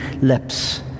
lips